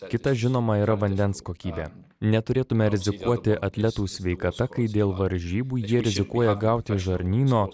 kita žinoma yra vandens kokybė neturėtume rizikuoti atletų sveikata kai dėl varžybų jie rizikuoja gauti žarnyno